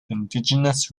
indigenous